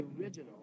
original